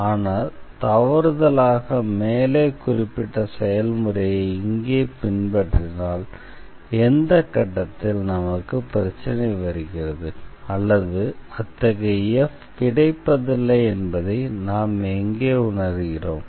ஆனால் தவறுதலாக மேலே குறிப்பிட்ட செயல்முறையை இங்கே பின்பற்றினால் எந்த கட்டத்தில் நமக்கு பிரச்சினை வருகிறது அல்லது அத்தகைய f கிடைப்பதில்லை என்பதை நாம் எங்கே உணர்கிறோம்